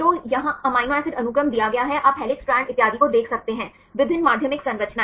तो यहाँ amino acid अनुक्रम दिया गया है आप हेलिक्स स्ट्रैंड्स इत्यादि को देख सकते हैं विभिन्न माध्यमिक संरचनाएँ